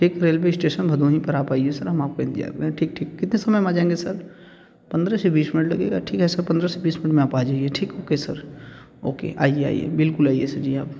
ठीक railway station Bhadohi पर आप आइए सर हम वहाँ पे इंतजार करें ठीक ठीक कितने समय में आ जाएंगे सर पंद्रह से बीस मिनट लगेगा ठीक है सर पंद्रह से बीस मिनट में आप आ जाइए ठीक ओके सर ओके आइए आइए बिल्कुल आइए सर जी आप